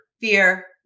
fear